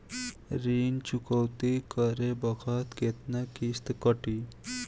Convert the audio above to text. ऋण चुकौती करे बखत केतना किस्त कटी?